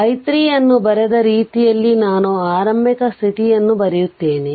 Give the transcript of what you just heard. i 3 ಅನ್ನು ಬರೆದ ರೀತಿಯಲ್ಲಿ ನಾನು ಆರಂಭಿಕ ಸ್ಥಿತಿಯನ್ನು ಬರೆಯುತ್ತೇನೆ